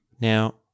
Now